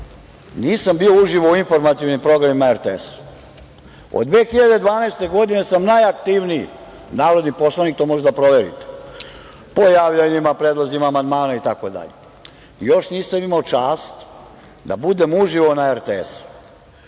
nisam bio uživo u informativnim programima na RTS-u. Od 2012. godine sam najaktivniji narodni poslanik, to možete da proverite, po javljanjima, predlozima amandmana itd. Još nisam imao čast da budem uživo na RTS-u,